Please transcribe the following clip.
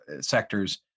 sectors